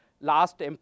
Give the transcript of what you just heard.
last